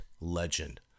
legend